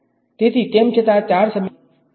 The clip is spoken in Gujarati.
તેથી તેમ છતાં આ ૪ સમીકરણોમાંથી કોઈનું નામ નથી